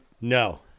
No